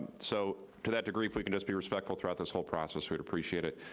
so, to that degree, if we can just be respectful throughout this whole process, we'd appreciate it.